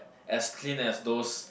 as clean as those